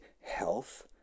health